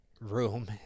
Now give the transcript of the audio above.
room